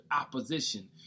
opposition